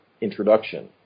introduction